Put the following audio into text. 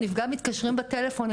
או נפגע מתקשים בטלפון,